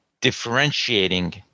differentiating